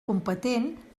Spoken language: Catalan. competent